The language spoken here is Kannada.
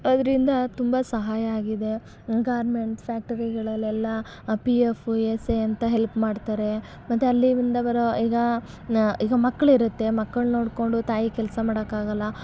ಅದರಿಂದ ತುಂಬ ಸಹಾಯ ಆಗಿದೆ ಗಾರ್ಮೆಂಟ್ಸ್ ಫ್ಯಾಕ್ಟರಿಗಳಲೆಲ್ಲ P F E S I ಅಂತ ಹೆಲ್ಪ್ ಮಾಡ್ತಾರೆ ಮತ್ತು ಅಲ್ಲಿ ಇಂದ ಬರೋ ಈಗ ಈಗ ಮಕ್ಳು ಇರುತ್ತೆ ಮಕ್ಕಳು ನೋಡಿಕೊಂಡು ತಾಯಿ ಕೆಲಸ ಮಾಡೋಕಾಗಲ್ಲ